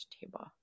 table